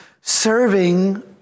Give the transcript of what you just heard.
serving